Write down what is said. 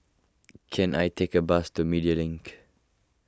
can I take a bus to Media Link